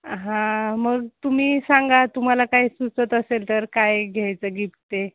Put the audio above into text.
हां मग तुम्ही सांगा तुम्हाला काय सुचत असेल तर काय घ्यायचं गिफ्ट ते